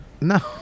No